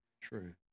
true